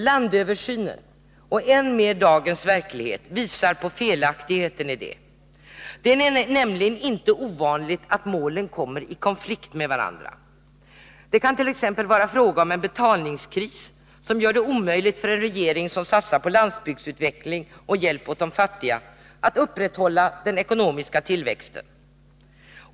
Landöversynen och än mer dagens verklighet visar på felaktigheten i detta. Det är nämligen inte ovanligt att målen kommer i konflikt med varandf. Det kan t.ex. vara fråga om en betalningskris som gör det omöjligt för en regering som satsar på landsbygdsutveckling och hjälp åt de fattiga att upprätthålla den ekonomiska tillväxten.